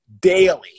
daily